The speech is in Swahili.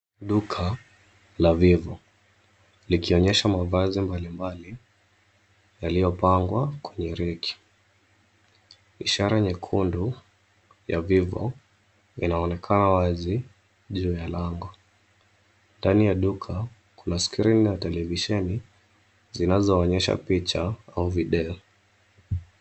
Duka la vivo, likionyesha mavazi mbalimbali yalipangwa kwenye reki, ishara nyekundu ya vivo inaoekana wazi juu ya lango, ndani ya duka kuna skrini au televisheni zinazo onyesha picha au video.